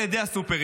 על ידי הסופרים.